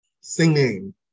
singing